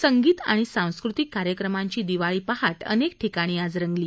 संगीत आणि सांस्कृतिक कार्यक्रमांची दिवाळी पहाट अनेक ठिकाणी रंगली